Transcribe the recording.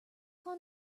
saw